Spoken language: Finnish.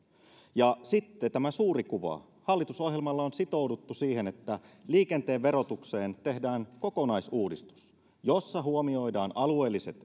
ja sitten tämä suuri kuva hallitusohjelmalla on sitouduttu siihen että liikenteen verotukseen tehdään kokonaisuudistus jossa huomioidaan alueelliset